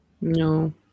No